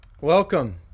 Welcome